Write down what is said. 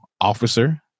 officer